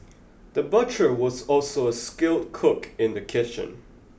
the butcher was also a skilled cook in the kitchen